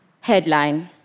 Headline